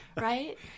Right